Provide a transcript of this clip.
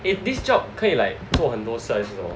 if this job 可以 like 做很多 size you know